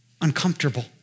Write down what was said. uncomfortable